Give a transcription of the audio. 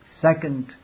Second